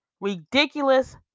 ridiculous